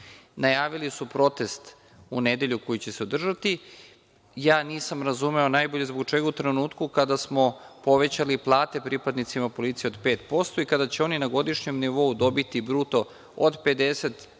Najavili su protest u nedelju koji će se održati. Nisam razumeo najbolje zbog čega u trenutku kada smo povećali plate pripadnicima policije od 5% i kada će oni na godišnjem nivou dobiti bruto od 50